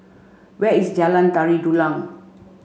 where is Jalan Tari Dulang